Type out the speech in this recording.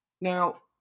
Now